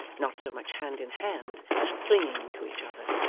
not so much hand in hand as clinging to each other.